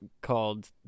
called